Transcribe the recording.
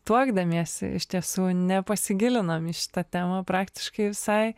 tuokdamiesi iš tiesų nepasigilinom į šitą temą praktiškai visai